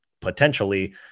potentially